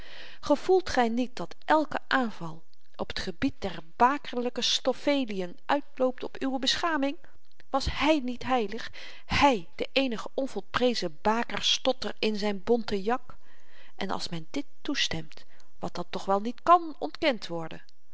gevoelt gy niet dat elke aanval op het gebied der bakerlyke stoffelien uitloopt op uwe beschaming was hy niet heilig hy de eenige onvolprezen baker stotter in zyn bonte jak en als men dit toestemt wat dan toch wel niet kàn ontkend worden moet